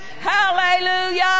Hallelujah